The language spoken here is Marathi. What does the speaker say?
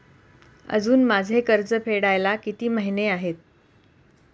अजुन माझे कर्ज फेडायला किती महिने आहेत?